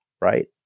right